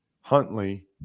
Huntley